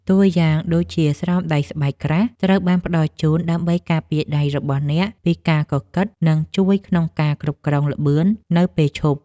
តួយ៉ាងដូចជា ស្រោមដៃស្បែកក្រាស់ត្រូវបានផ្ដល់ជូនដើម្បីការពារដៃរបស់អ្នកពីការកកិត និងជួយក្នុងការគ្រប់គ្រងល្បឿននៅពេលឈប់។